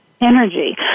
energy